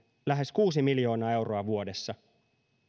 lähes kuusi miljoonaa euroa vuodessa